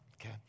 okay